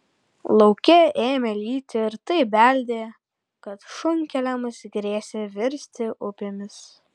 lauke ėmė lyti ir taip beldė kad šunkeliams grėsė virsti upėmis